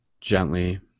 gently